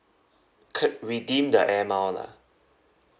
could redeem the air mile lah